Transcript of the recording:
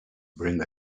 bring